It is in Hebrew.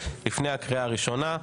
לפני הקריאה הראשונה.